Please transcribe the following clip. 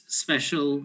special